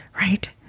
right